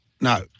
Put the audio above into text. No